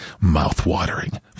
Mouth-watering